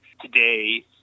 today